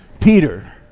Peter